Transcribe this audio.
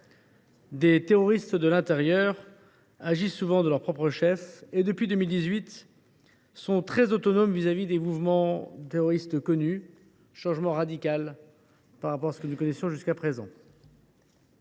Ces terroristes de l’intérieur agissent souvent de leur propre chef et, depuis 2018, ils sont très autonomes par rapport aux mouvements terroristes connus ; c’est un changement radical par rapport à ce que nous connaissions jusqu’alors.